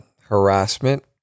harassment